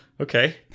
okay